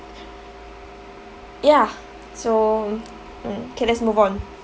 ya so mm K let's move on